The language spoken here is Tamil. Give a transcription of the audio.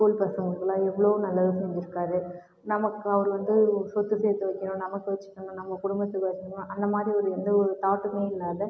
ஸ்கூல் பசங்களுக்குலாம் எவ்வளோ நல்லது செஞ்சிருக்கார் நமக்கு அவர் வந்து ஒரு சொத்து சேர்த்து வக்கணும் நமக்கு வச்சுக்கணும் நம்ம குடும்பத்துக்கு வச்சுக்கணும் அந்த மாரி ஒரு எந்த ஒரு தாட்டுமே இல்லாத